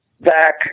back